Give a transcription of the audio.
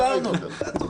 אין אושר בעד- 9,